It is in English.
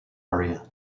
area